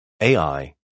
AI